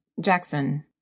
Jackson